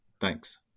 Thanks